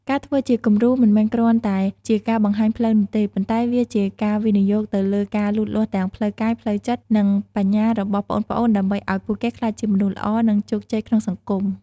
ការធ្វើជាគំរូមិនមែនគ្រាន់តែជាការបង្ហាញផ្លូវនោះទេ ប៉ុន្តែវាជាការវិនិយោគទៅលើការលូតលាស់ទាំងផ្លូវកាយ ផ្លូវចិត្ត និងបញ្ញារបស់ប្អូនៗ ដើម្បីឱ្យពួកគេក្លាយជាមនុស្សល្អ និងជោគជ័យក្នុងសង្គម ។